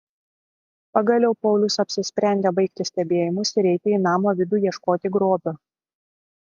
pagaliau paulius apsisprendė baigti stebėjimus ir eiti į namo vidų ieškoti grobio